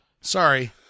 sorry